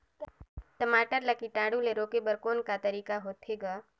टमाटर ला कीटाणु ले रोके बर को तरीका होथे ग?